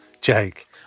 Jake